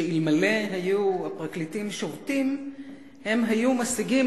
שאלמלא שבתו הפרקליטים הם היו משיגים